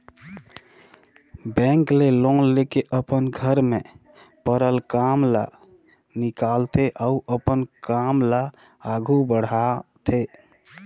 bank ले loan लेके अपन घर में परल काम ल निकालथे अउ अपन काम ल आघु बढ़ाथे